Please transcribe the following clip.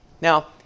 Now